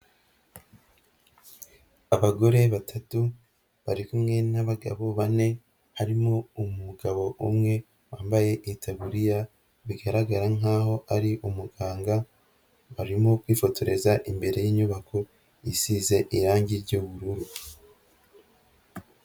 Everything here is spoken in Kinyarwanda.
Abagore batatu, bari kumwe n'abagabo bane, harimo umugabo umwe wambaye itaburiya, bigaragara nk'aho ari umuganga, barimo kwifotoreza imbere y'inyubako, isize irangi ry'ubururu.